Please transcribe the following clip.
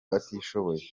batishoboye